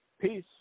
Peace